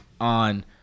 on